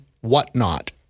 whatnot